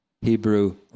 Hebrew